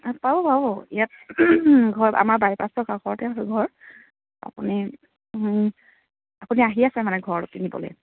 পাব পাব ইয়াত ঘৰ আমাৰ বাইপাছৰ কাষতে হয় ঘৰ আপুনি আপুনি আহি আছে মানে ঘৰ কিনিবলৈ